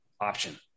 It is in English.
option